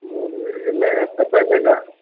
മൂന്നു പേർ എല്ലാം എപ്പഴത്തേക്കാണ്